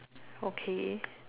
okay